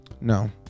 No